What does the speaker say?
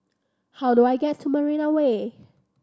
how do I get to Marina Way